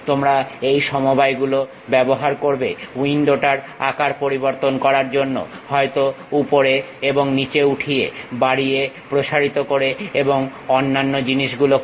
তোমরা এই সমবায় গুলো ব্যবহার করবে উইন্ডোটার আকার পরিবর্তন করার জন্য হয়তো ওপরে এবং নিচে উঠিয়ে বাড়িয়ে প্রসারিত করে এবং অন্যান্য জিনিস গুলো করে